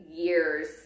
years